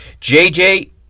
JJ